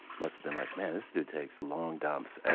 must have been like, man, this dude takes long dumps